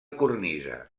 cornisa